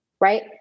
right